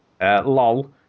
Lol